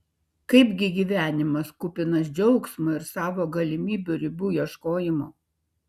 kaipgi gyvenimas kupinas džiaugsmo ir savo galimybių ribų ieškojimo